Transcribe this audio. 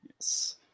Yes